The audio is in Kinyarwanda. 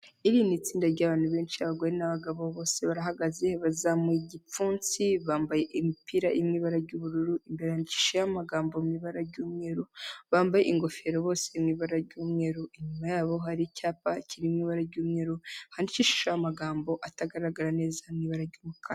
I.rindi tsinda ry'abantu benshi abagore n'abagabo bose barahagaze bazamu igipfunsi bambaye imipira imwe ibara ry'ubururu y'amagambo mubara ry'umweru bambaye ingofero bose ibara ry'umweru inyuma yabo hari icyapa kirimo bara ry umweru ahanci amagambo atagaragara neza ibara ryumu kan